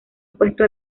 puesto